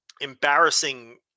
embarrassing